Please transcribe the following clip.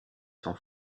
son